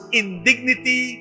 indignity